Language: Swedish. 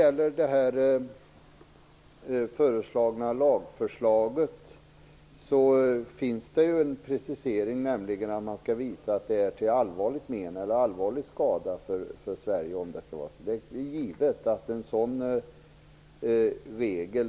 I lagförslaget görs en precisering, nämligen att sekretess gäller om man kan visa att det är till allvarlig skada för Sverige om en uppgift röjs.